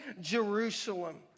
Jerusalem